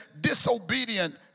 disobedient